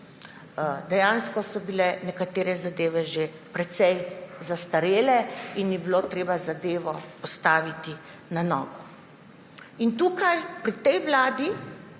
Dejansko so bile nekatere zadeve že precej zastarele in je bilo treba zadevo postaviti na novo. Tukaj pri tej vladi